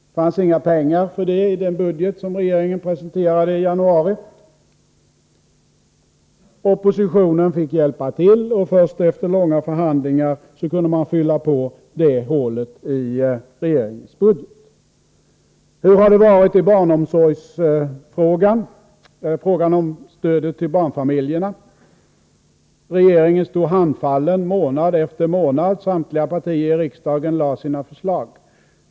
Det fanns inga pengar i den budget som regeringen presenterade i januari. Oppositionen fick hjälpa till, och först efter långa förhandlingar kunde man fylla på det hålet i regeringens budget. Hur har det varit i frågan om stödet till barnfamiljerna? Regeringen stod handfallen månad efter månad. Samtliga partier i riksdagen lade fram sina förslag.